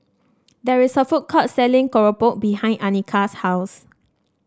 there is a food court selling Keropok behind Anika's house